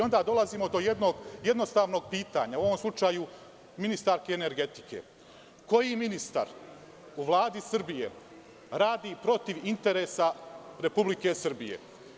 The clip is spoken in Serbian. Onda dolazimo do jednog jednostavnog pitanja, u ovom slučaju ministarki energetike – koji ministar u Vladi Srbije radi protiv interesa Republike Srbije?